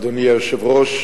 אדוני היושב-ראש,